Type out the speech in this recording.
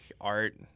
art